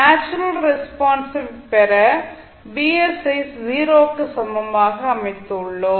natural ரெஸ்பான்ஸை பெற Vs ஐ 0 க்கு சமமாக அமைத்துள்ளோம்